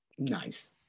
Nice